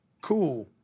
cool